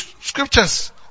scriptures